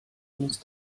nic